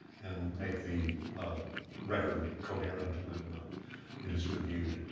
and make the record coherent when it is reviewed.